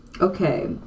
Okay